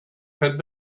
had